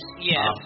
Yes